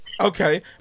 Okay